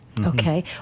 Okay